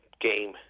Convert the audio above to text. game